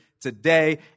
today